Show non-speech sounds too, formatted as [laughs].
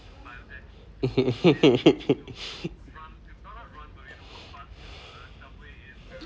[laughs]